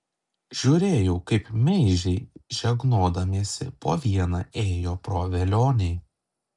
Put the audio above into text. žiūrėjau kaip meižiai žegnodamiesi po vieną ėjo pro velionį